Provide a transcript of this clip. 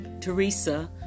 Teresa